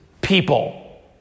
people